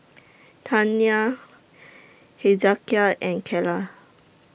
Tania Hezekiah and Calla